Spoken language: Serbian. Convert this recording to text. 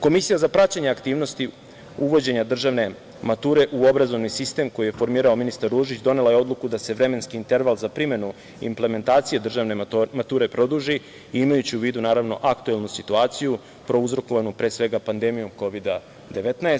Komisija za praćenje aktivnosti uvođenja državne mature u obrazovni sistem koji je formirao ministar Ružić donela je odluku da se vremenski interval za primenu implementacije državne mature produži, imajući u vidu, naravno, aktuelnu situaciju prouzrokovanu pre svega pandemijom kovida-19.